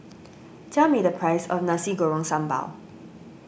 tell me the price of Nasi Goreng Sambal